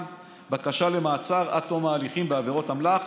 בקשה למעצר עד תום ההליכים בעבירות אמל"ח,